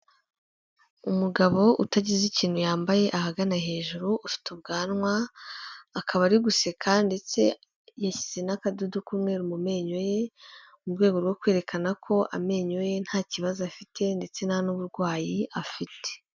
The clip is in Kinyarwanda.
Umugabo utagize ikintu yambaye ahagana hejuru ufite ubwanwa akaba ari guseka ndetse yashyize n'akadudo kumwe mu menyo ye mu rwego rwo kwerekana ko amenyo ye nta kibazo afite ndetse nta n'uburwayi afite.